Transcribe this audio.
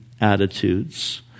attitudes